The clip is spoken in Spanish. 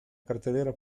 cartelera